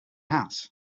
house